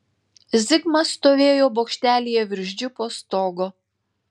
zigmas stovėjo bokštelyje virš džipo stogo